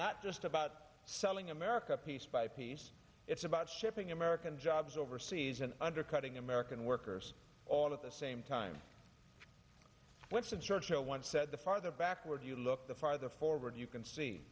not just about selling america piece by piece it's about shipping american jobs overseas and undercutting american workers all of the same time winston churchill once said the farther backward you look the farther forward you can see